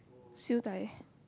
siew dai